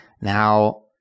Now